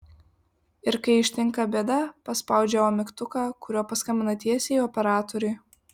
ir kai ištinka bėda paspaudžia o mygtuką kuriuo paskambina tiesiai operatoriui